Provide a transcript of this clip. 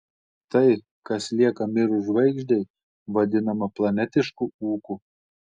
tai kas lieka mirus žvaigždei vadinama planetišku ūku